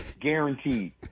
Guaranteed